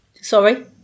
Sorry